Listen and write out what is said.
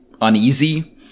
uneasy